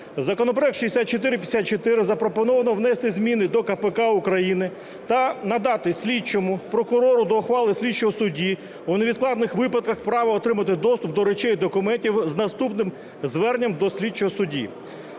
Законопроектом 6454 запропоновано внести зміни до КПК України та надати слідчому прокурору, до ухвали слідчого судді, у невідкладних випадках право отримати доступ до речей і документів з наступним зверненням до слідчого судді.